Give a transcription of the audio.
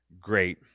great